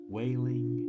wailing